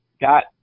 got